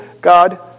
God